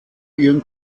ihren